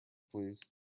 please